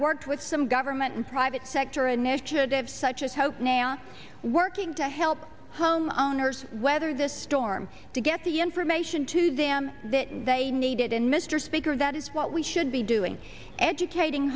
worked with some government and private sector initiatives such as hope now working to help homeowners weather this storm to get the information to them they needed and mr speaker that is what we should be doing educating